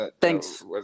Thanks